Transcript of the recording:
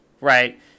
right